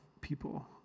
People